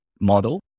model